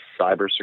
cybersecurity